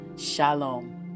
Shalom